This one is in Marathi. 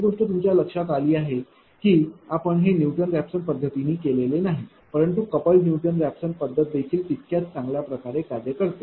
एक गोष्ट तुमच्या लक्षात आली असेल की आपण हे न्यूटन रॅफसन पद्धतीने केले नाही परंतु कपल्ड न्यूटन रॅफसन पद्धत देखील तितक्याच चांगल्या प्रकारे कार्य करते